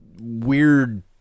weird